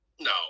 No